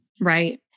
Right